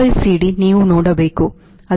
ಆದ್ದರಿಂದ CLCD ನೀವು ನೋಡಬೇಕು